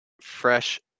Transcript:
fresh